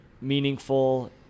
meaningful